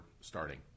starting